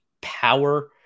power